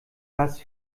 las